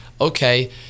okay